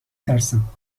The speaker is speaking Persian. ترسم